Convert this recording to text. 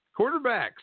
Quarterbacks